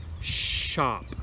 shop